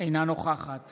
אינה נוכחת